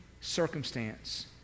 circumstance